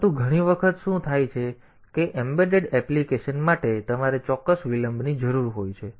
પરંતુ ઘણી વખત શું થાય છે કે એમ્બેડેડ એપ્લિકેશન્સ માટે તમારે ચોક્કસ વિલંબની જરૂર હોય છે